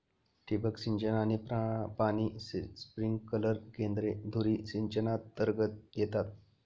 ठिबक सिंचन आणि पाणी स्प्रिंकलर केंद्रे धुरी सिंचनातर्गत येतात